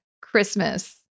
Christmas